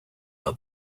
out